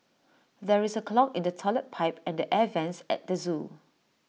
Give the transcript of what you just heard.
there is A clog in the Toilet Pipe and the air Vents at the Zoo